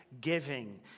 giving